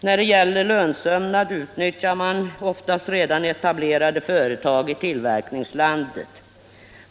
När det gäller lönsömnad utnyttjar man redan etablerade företag i tillverkningslandet.